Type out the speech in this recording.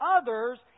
others